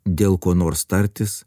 dėl ko nors tartis